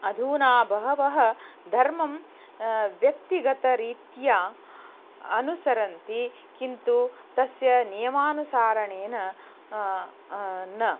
अधुना बहवः धर्मं व्यक्तिगतरीत्या अनुसरन्ति किन्तु तस्य नियमानुसारणेन न